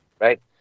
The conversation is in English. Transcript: right